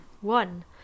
One